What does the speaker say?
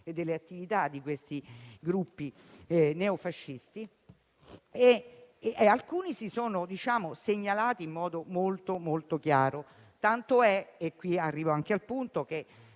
e delle attività di questi gruppi neofascisti, alcuni dei quali si sono segnalati in modo molto chiaro, tant'è - arrivo così al punto - che